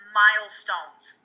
milestones